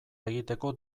egiteko